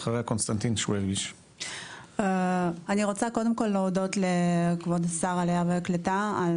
אני רוצה קודם כל להודות לכבוד שר העלייה והקליטה על